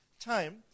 time